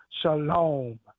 Shalom